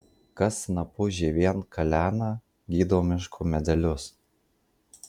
kas snapu žievėn kalena gydo miško medelius